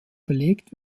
belegt